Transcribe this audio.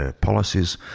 policies